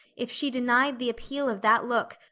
if she denied the appeal of that look,